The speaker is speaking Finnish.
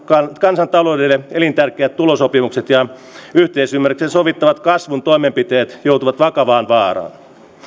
kansantaloudelle elintärkeät tulosopimukset ja yhteisymmärryksellä sovittavat kasvun toimenpiteet joutuvat vakavaan vaaraan